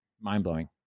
mind-blowing